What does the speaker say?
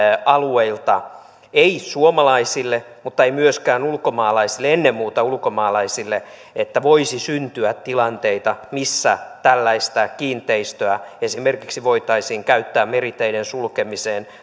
alueilta ei suomalaisille mutta ei myöskään ennen muuta ulkomaalaisille että voisi syntyä tilanteita missä tällaista kiinteistöä voitaisiin käyttää esimerkiksi meriteiden sulkemiseen